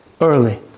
early